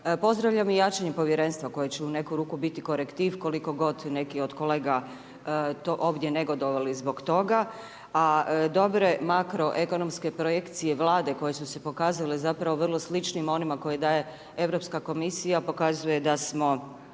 Pozdravljam i jačanje povjerenstva koje će u neku ruku biti korektiv, koliko god neki od kolega to ovdje negodovali zbog toga. A dobro je makro ekonomske projekcije vlade koje su se pokazale zapravo vrlo sličnim onima koje daje Europska komisija pokazuje da smo